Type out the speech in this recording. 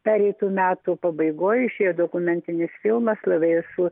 pereitų metų pabaigoj išėjo dokumentinis filmas labai esu